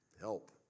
Help